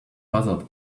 buzzard